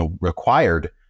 required